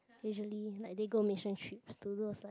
usually like they go mission trips to those like